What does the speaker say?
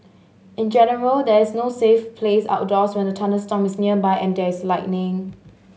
in general there is no safe place outdoors when a thunderstorm is nearby and there is lightning